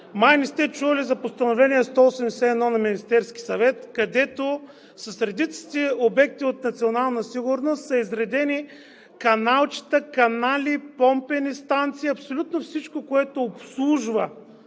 Май не сте чували за Постановление № 181 на Министерския съвет, където с редицата обекти от национална сигурност са изредени каналчета, канали, помпени станции – абсолютно всичко, което обслужва